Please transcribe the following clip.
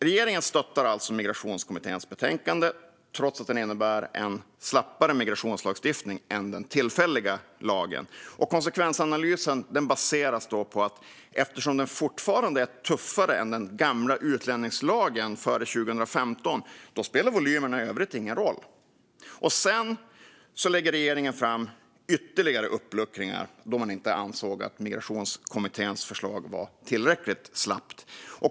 Regeringen stöttar alltså Migrationskommitténs betänkande trots att det innebär en slappare migrationslagstiftning än den tillfälliga lagen. Konsekvensanalysen är: Eftersom den fortfarande är tuffare än den gamla utlänningslagen före 2015 spelar volymerna i övrigt ingen roll. Sedan lade regeringen fram ytterligare förslag om uppluckringar, då man inte ansåg att Migrationskommitténs förslag var tillräckligt slappt.